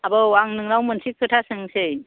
आबौ आं नोंनाव मोनसे खोथा सोंसै